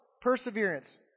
perseverance